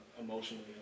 emotionally